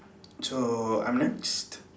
so I'm next